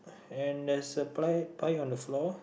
and there's a pie pie on the floor